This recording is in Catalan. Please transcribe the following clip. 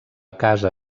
casa